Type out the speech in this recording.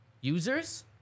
users